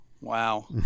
Wow